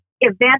event